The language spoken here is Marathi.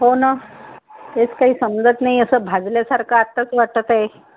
हो नं तेच काही समजत नाही असं भाजल्यासारखं आत्ताच वाटत आहे